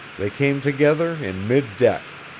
they came together in mid-deck.